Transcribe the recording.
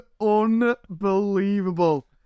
unbelievable